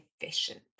efficient